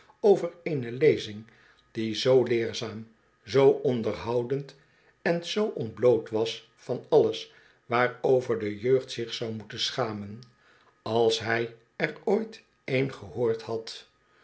over eene lezing die zoo leerzaam zoo onderhoudend en zoo ontbloot was van alles waarover de jeugd zich zou moeten schamen als hij er ooit een gehoord had